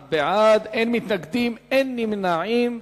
31 בעד, אין מתנגדים, אין נמנעים.